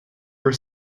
are